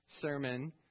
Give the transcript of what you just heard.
sermon